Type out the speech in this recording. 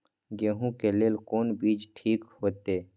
गेहूं के लेल कोन बीज ठीक होते?